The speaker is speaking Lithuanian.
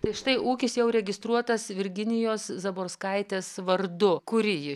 tai štai ūkis jau registruotas virginijos zaborskaitės vardu kuri ji